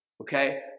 Okay